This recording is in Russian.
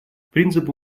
принципу